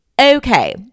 Okay